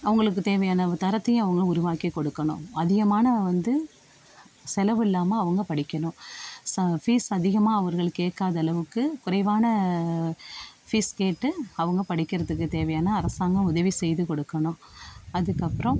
அவங்களுக்கு தேவையான தரத்தையும் அவங்க உருவாக்கி கொடுக்கணும் அதிகமான வந்து செலவில்லாமல் அவங்க படிக்கணும் ச ஃபீஸ் அதிகமாக அவர்கள் கேட்காத அளவுக்கு குறைவான ஃபீஸ் கேட்டு அவங்க படிக்கிறதுக்கு தேவையான அரசாங்கம் உதவி செய்து கொடுக்கணும் அதுக்கப்புறம்